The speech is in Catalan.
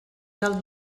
dels